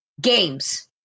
games